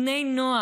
עליהם בני הנוער,